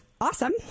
awesome